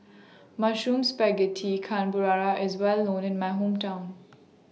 Mushroom Spaghetti Carbonara IS Well known in My Hometown